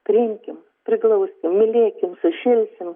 priimkim priglausim mylėkim sušilsim